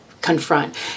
confront